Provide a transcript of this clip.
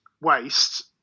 waste